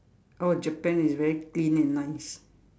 oh Japan is very clean and nice